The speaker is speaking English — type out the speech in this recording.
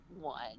one